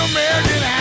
American